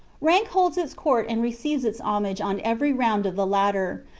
rank holds its court and receives its homage on every round of the ladder,